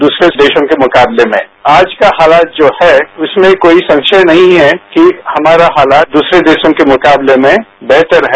दूसरे देशों के मुकाबले में आज का हालात जो हैं उसमें कोई संसय नहीं है कि हमारे हालात दूसरे देशों के मुकाबले में बेहतर हैं